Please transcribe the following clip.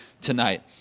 tonight